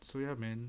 so ya man